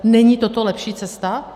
Není toto lepší cesta?